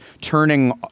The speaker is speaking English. turning